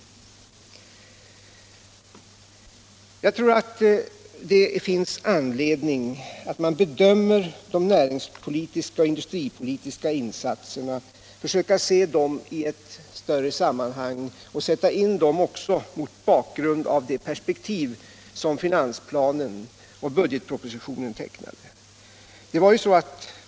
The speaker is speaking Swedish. Jag tror att det finns anledning att försöka se de näringspolitiska och industripolitiska insatserna i ett större sammanhang och sätta in dem i det perspektiv som finansplanen och budgetpropositionen tecknade.